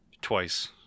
Twice